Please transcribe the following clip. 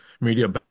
media